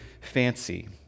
fancy